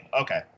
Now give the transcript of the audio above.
Okay